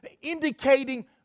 Indicating